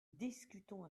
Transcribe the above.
discutons